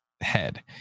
head